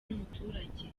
bw’umuturage